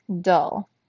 dull